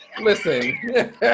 Listen